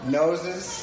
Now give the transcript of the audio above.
noses